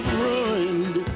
ruined